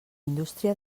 indústria